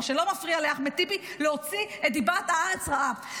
מה שלא מפריע לאחמד טיבי להוציא את דיבת הארץ רעה.